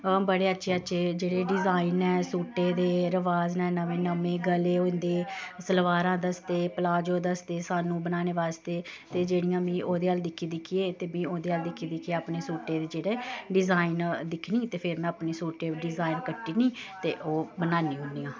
बड़े अच्छे अच्छे जेह्ड़े डिजाईन ऐ सूटें दे रवाज न नमें नमें गले होई जंदे सलवारां दसदे पलाजो दसदे सानूं बनाने बास्ते ते जेह्ड़ियां में ओह्दे अ'ल्ल दिक्खी दिक्खियै ते में ओह्दे अल्ल दिक्खी दिक्खियै अपने सूट बी जेह्ड़े डिजाईन दिक्खनी ते फिर में अपने सूटे पर डिजाईन कट्टनी ते ओह् बनानी होन्नी आं